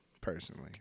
personally